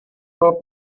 byl